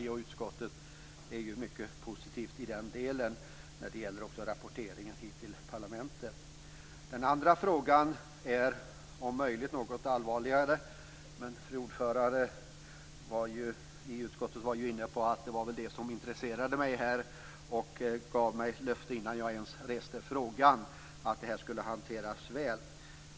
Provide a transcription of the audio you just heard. Utskottet är mycket positivt i den delen när det gäller rapporteringen hit till parlamentet. Den andra frågan är om möjligt något allvarligare. Utskottets fru ordförande var inne på att det var det som intresserade mig och gav mig ett löfte innan jag ens rest frågan att det skulle hanteras väl.